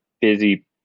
busy